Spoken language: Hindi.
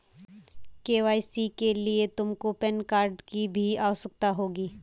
के.वाई.सी के लिए तुमको पैन कार्ड की भी आवश्यकता होगी